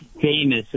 Famous